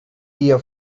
dia